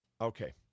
okay